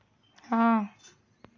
हाँ